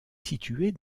située